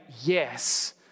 yes